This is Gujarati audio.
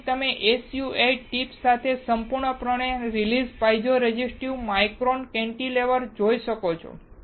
અહીં તમે SU 8 ટીપ સાથે સંપૂર્ણપણે release piezoresistive micro cantilever જોઈ શકો છો